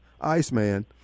Iceman